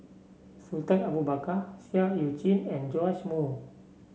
Sultan Abu Bakar Seah Eu Chin and Joash Moo